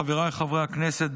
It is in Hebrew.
חבריי חברי הכנסת,